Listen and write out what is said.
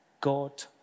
God